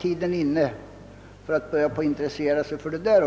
tiden var inne att börja intressera sig också för denna fråga.